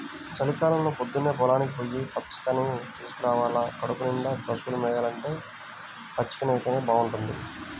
చలికాలంలో పొద్దన్నే పొలానికి పొయ్యి పచ్చికని తీసుకురావాల కడుపునిండా పశువులు మేయాలంటే పచ్చికైతేనే బాగుంటది